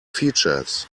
features